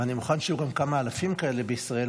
ואני מוכן שיהיו גם כמה אלפים כאלה בישראל,